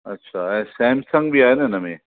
अच्छा ऐं सैमसंग बि आहे न हिनमें